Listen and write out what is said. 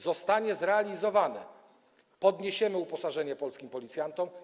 Zostanie zrealizowane, podniesiemy uposażenie polskim policjantom.